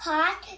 Hot